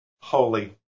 holy